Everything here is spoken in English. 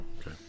okay